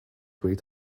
wait